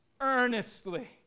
earnestly